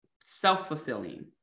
self-fulfilling